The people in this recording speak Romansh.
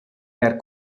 per